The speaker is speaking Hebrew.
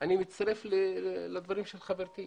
אני מצטרף לדברים של חברתי,